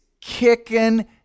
kicking